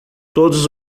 todos